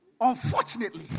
Unfortunately